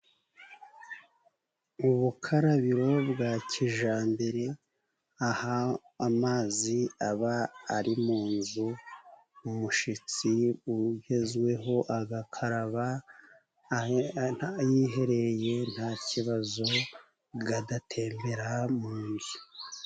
Ubukarabiro bwa kijyambere aho amazi aba ari mu nzu, umushyitsi ugezweho agakaraba yihereye nta kibazo, agatembera mu nzu.